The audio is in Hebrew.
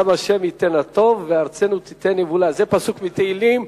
גם ה' יתן הטוב וארצנו תתן יבולה" זה פסוק מתהילים.